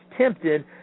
tempted